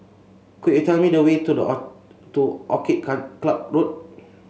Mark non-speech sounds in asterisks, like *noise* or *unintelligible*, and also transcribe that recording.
could you tell me the way to the *unintelligible* to Orchid can Club Road